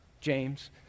James